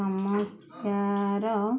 ସମସ୍ୟାର